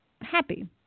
happy